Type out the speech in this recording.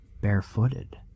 barefooted